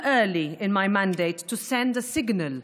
ישראל להתקיים.